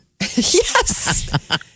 Yes